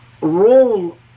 role